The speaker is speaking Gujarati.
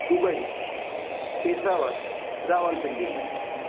દુબઇ પેશાવર રાવલપીંડી